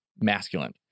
masculine